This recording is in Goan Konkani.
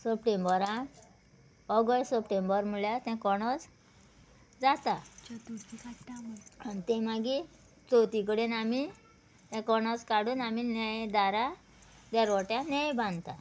सप्टेंबरा ऑगस्ट सप्टेंबर म्हळ्यार तें कोणोस जाता आनी तें मागीर चवती कडेन आमी तें कोणस काडून आमी नेयें दारा दोरवोट्या नेयें बानता